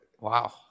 Wow